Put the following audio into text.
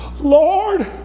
Lord